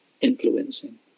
influencing